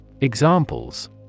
Examples